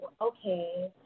okay